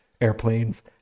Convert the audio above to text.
airplanes